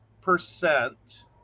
percent